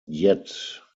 yet